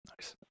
Nice